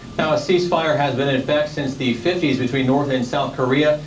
now a cease fire has been in effect since the fifty s between north and south korea.